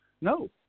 no